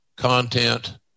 Content